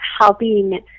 helping